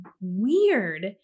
weird